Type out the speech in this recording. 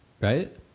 right